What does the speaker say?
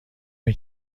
این